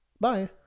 Bye